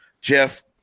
Jeff